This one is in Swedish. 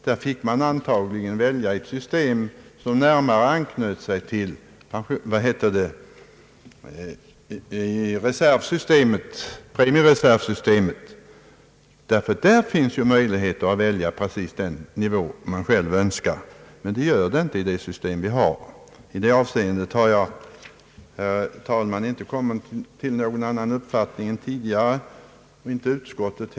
Därvid fick man antagligen välja ett system som närmare anknöt till premiereservsystemet, ty enligt detta system finns det ju möjligheter att välja precis vilken nivå som vederbörande själv önskar. Men sådana möjligheter finns inte i det system som i dag föreligger. I detta avseende har jag, herr talman, och utskottet inte kommit till någon annan uppfattning än vi tidigare gett uttryck åt.